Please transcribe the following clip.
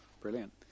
Brilliant